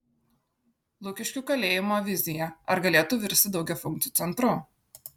lukiškių kalėjimo vizija ar galėtų virsti daugiafunkciu centru